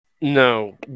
No